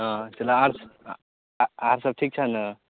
हँ चलऽ आओरसब आओरसब ठीक छऽ ने